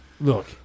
Look